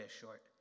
short